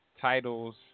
Titles